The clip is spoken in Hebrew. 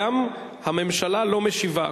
גם הממשלה לא משיבה,